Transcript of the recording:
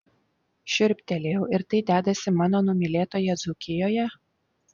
šiurptelėjau ir tai dedasi mano numylėtoje dzūkijoje